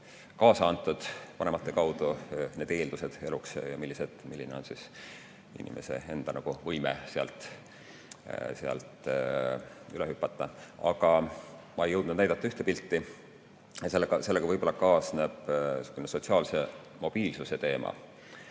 on vanemate kaudu kaasa antud eeldused eluks ja milline on inimese enda võime sealt üle hüpata. Aga ma ei jõudnud näidata ühte pilti. Sellega võib-olla kaasneb sotsiaalse mobiilsuse teema.